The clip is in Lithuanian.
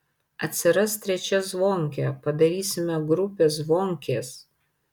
atsiras trečia zvonkė padarysime grupę zvonkės